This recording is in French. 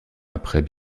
après